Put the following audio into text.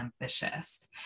Ambitious